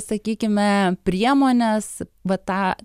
sakykime priemones va tą